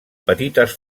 petites